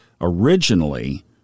originally